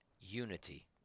unity